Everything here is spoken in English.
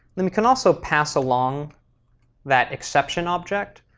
then we can also pass along that exception object,